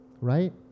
right